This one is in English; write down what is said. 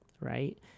Right